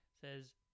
says